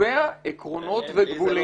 קובע עקרונות וגבולות --- מעניין,